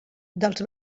dels